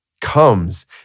comes